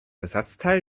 ersatzteil